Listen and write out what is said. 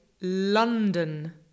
London